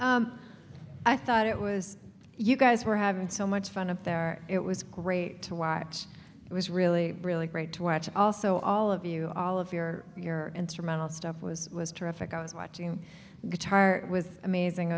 but i thought it was you guys were having so much fun up there it was great to watch it was really really great to watch also all of you all of your your instrumental stuff was was terrific i was watching guitar with amazing